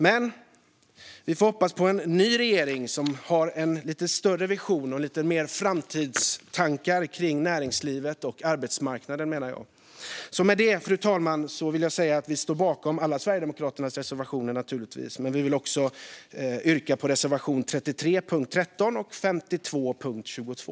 Men vi får hoppas på en ny regering som har en lite större vision och lite mer av framtidstankar kring näringslivet och arbetsmarknaden. Med det, fru talman, vill jag säga att vi i Sverigedemokraterna naturligtvis står bakom alla våra reservationer, men jag yrkar bifall endast till reservationerna 33 under punkt 13 och 52 under punkt 22.